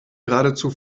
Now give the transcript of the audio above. geradezu